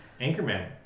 Anchorman